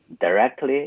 directly